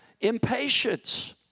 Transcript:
impatience